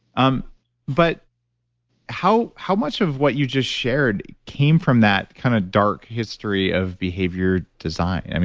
um but how how much of what you just shared came from that kind of dark history of behavior design?